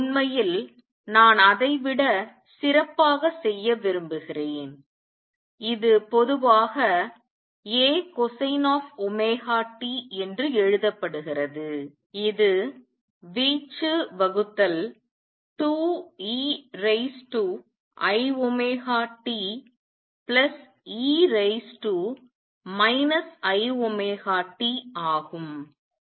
உண்மையில் நான் அதை விட சிறப்பாக செய்ய விரும்புகிறேன் இது பொதுவாக A cosine of omega t என்று எழுதப்படுகிறது இது வீச்சு வகுத்தல் 2 e raise to i omega t plus e raise to minus i omega t ஆகும்